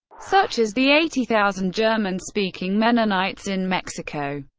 such as the eighty thousand german-speaking mennonites in mexico,